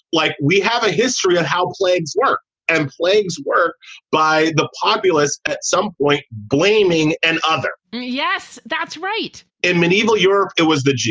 like we have a history of how plagues work and plagues work by the populace at some point blaming and other yes, that's right in medieval europe, it was the jews.